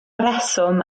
reswm